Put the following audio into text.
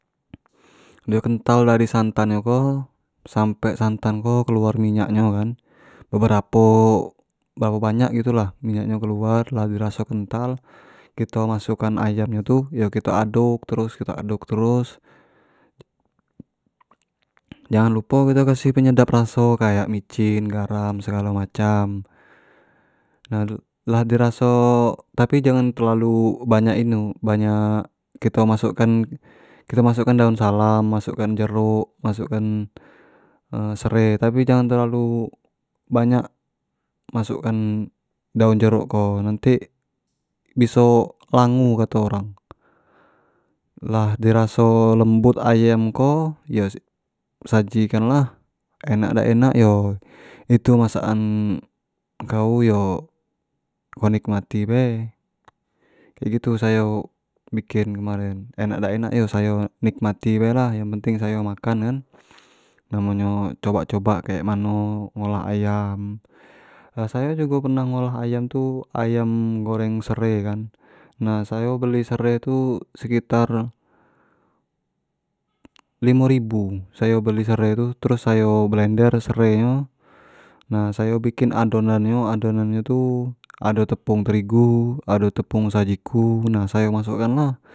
Dio kental dari santan nyo ko sampe santan nyo ko keluar minyak nyo kan, beberapo-beberapo banyak gitu lah minyak nyo keluar lah di raso kental kito masuk kan ayam nyo tu kito aduk, yo kito aduk terus jangan lupo kito kasih penyedap raso kayak micin, garam segalo macam, nah lah di raso tapi jang terlalu banyak inu, banyak kito masuk kan, kito masuk kan daun salam, masuk kan jeruk, masuk kan kito masuk kan sere, tapi jangan terlalu banyak kito masuk kan daun jeruk ko nantik biso langu kato orang, lah di raso lembut ayam ko, yo sajikan lah enak dak enak yo itu masakan kau yo kau nikmati bae kek gitu sayo bikin kemaren enak dak enak yo sayo nikmati baelah yang penting sayo makan kan, namo nyo coba coba kek mano ngolah ayam, raso nyo jugo pernah ngolah ayam tu, ayam goreng sereh kan, nah sayo beli sere tu sekitar limo ribu sayo beli sere tu terus sayo blender sere nyo nah sayo bikin adonan nyo, adonan nyo tu ado tepung terigu ado tepung saji ku nah sayo masuk kan lah.